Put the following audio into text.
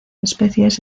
especies